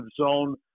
zone